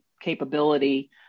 capability